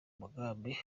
mugambi